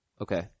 Okay